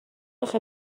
آخه